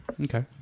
Okay